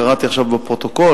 קראתי עכשיו בפרוטוקול,